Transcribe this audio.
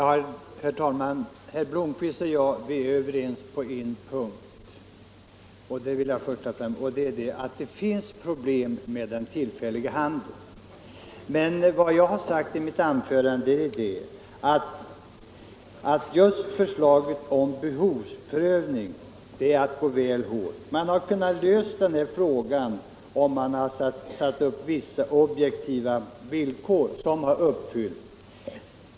Herr talman! Herr Blomkvist och jag är överens på en punkt och det är att det finns problem med den tillfälliga handeln. Vad jag sagt i mitt anförande är att just förslaget om behovsprövning är väl hårt. Man hade kunnat lösa de här problemen om man satt upp vissa objektiva villkor som skulle uppfyllas.